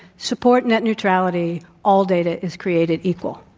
support net neutrality. all data is created equal.